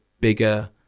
bigger